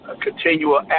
continual